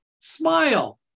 smile